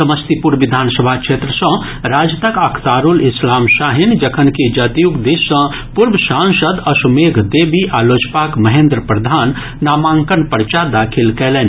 समस्तीपुर विधानसभा क्षेत्र सँ राजदक अख्तारूल इस्लाम शाहीन जखनकि जदयूक दिस सँ पूर्व सांसद अश्वमेघ देवी आ लोजपाक महेन्द्र प्रधान नामांकनक पर्चा दाखिल कयलनि